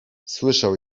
słyszał